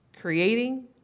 creating